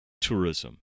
tourism